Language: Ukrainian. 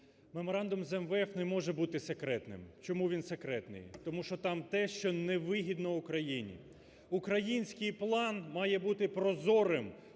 Меморандум з МВФ не може бути секретним. Чому він секретний? Тому що там те, що не вигідно Україні. Український план має бути прозорим,